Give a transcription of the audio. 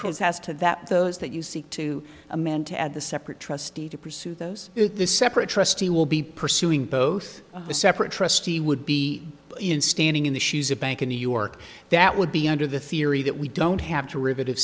cause has to that those that you seek to amend to add the separate trustee to pursue those at the separate trustee will be pursuing both the separate trustee would be in standing in the shoes of bank in new york that would be under the theory that we don't have to rivet